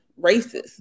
racist